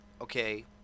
okay